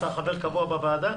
אתה חבר קבוע בוועדה?